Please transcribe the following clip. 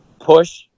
push